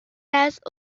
است